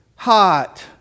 hot